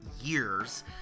years